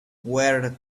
where